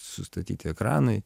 sustatyti ekranai